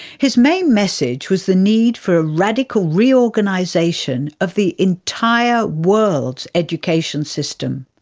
his main message was the need for a radical reorganisation of the entire world's education system.